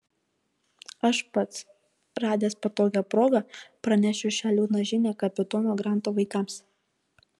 aš pats radęs patogią progą pranešiu šią liūdną žinią kapitono granto vaikams